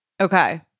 okay